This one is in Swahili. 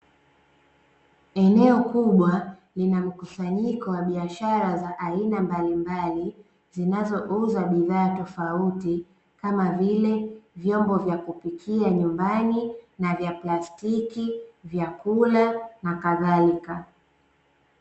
Eneo kubwa lina mkusanyiko wa biashara za aina mbalimbali zinazouza bidhaa tofauti kama vile vyombo vya kupikia nyumbani, na vya plastiki, vyakula na kadhalika.